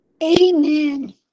Amen